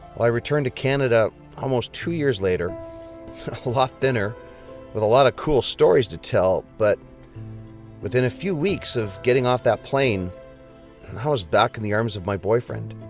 i returned to canada almost two years later a lot thinner with a lot of cool stories to tell, but within a few weeks of getting off that plane i was back in the arms of my boyfriend.